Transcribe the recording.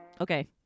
Okay